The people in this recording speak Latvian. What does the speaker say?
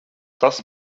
tas